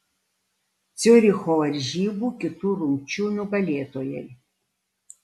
ciuricho varžybų kitų rungčių nugalėtojai